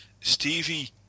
Stevie